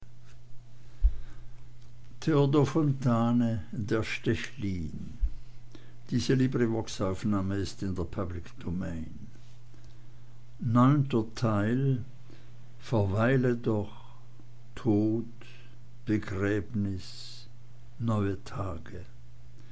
zurück verweile doch tod begräbnis